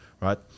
right